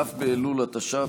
כ' באלול התש"ף,